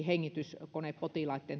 hengityskonepotilaitten